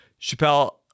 Chappelle